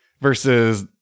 versus